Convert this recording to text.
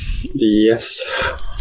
Yes